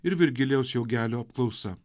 ir virgilijaus jaugelio apklausa